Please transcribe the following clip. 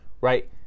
right